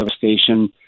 devastation